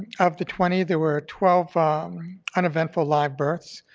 of the twenty there were twelve uneventful live births,